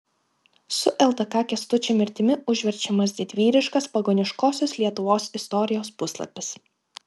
su ldk kęstučio mirtimi užverčiamas didvyriškas pagoniškosios lietuvos istorijos puslapis